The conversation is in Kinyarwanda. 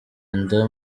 inda